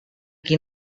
qui